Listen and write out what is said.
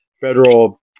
federal